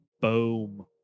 boom